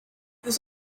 this